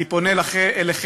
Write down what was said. אני פונה אליכם,